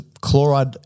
chloride